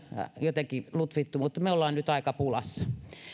jotenkin lutvittua mutta me olemme nyt aika pulassa